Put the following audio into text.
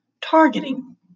Targeting